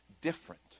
different